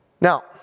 Now